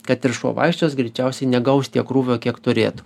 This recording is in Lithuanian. kad ir šuo vaikščios greičiausiai negaus tiek krūvio kiek turėtų